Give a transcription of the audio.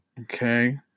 Okay